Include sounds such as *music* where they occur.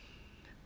*breath*